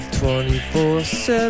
24-7